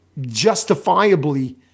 justifiably